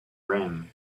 rim